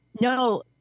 No